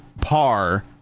par